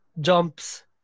jumps